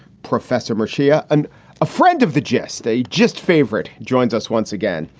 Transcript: professor mushie ah and a friend of the gestae, just favorite joins us once again.